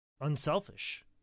unselfish